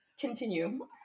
continue